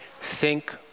sink